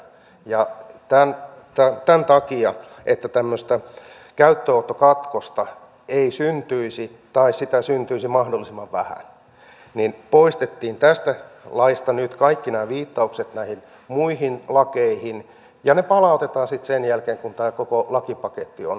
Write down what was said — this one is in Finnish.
ja tämän takia että tämmöistä käyttöönottokatkosta ei syntyisi tai sitä syntyisi mahdollisimman vähän poistettiin tästä laista nyt kaikki nämä viittaukset näihin muihin lakeihin ja ne palautetaan sitten sen jälkeen kun tämä koko lakipaketti on käsitelty